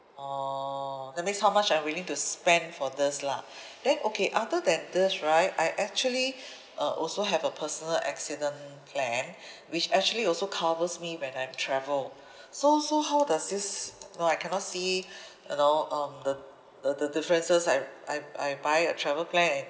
orh that means how much I'm willing to spend for this lah then okay other than this right I actually uh also have a personal accident plan which actually also covers me when I travel so so how does this you know I cannot see you know um the the the differences I I I buy a travel plan and